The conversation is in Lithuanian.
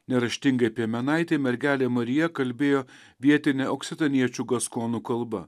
neraštingai piemenaitei mergelė marija kalbėjo vietine oksitaniečių gaskonų kalba